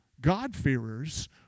God-fearers